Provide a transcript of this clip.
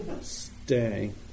stay